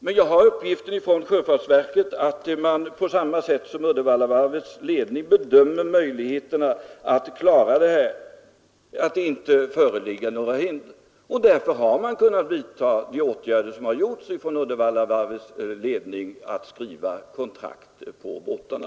Men jag har uppgiften från sjöfartsverket, att man, liksom Uddevallavarvets ledning, inte anser att det föreligger några hinder att klara detta. Och därför har man kunnat vidta de åtgärder som Uddevallavarvets ledning gjort, nämligen att skriva kontrakt på båtarna.